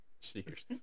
Cheers